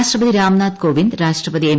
രാഷ്ട്രപതി രാംനാഥ് കോവിന്ദ് ഉപരാഷ്ട്രപതി എം